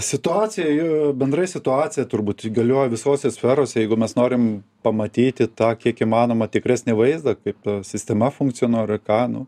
situaciją jo bendrai situacija turbūt galioja visose sferose jeigu mes norim pamatyti tą kiek įmanoma tikresnį vaizdą kaip sistema funkcionuoja ar ką nu